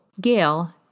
Gail